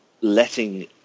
letting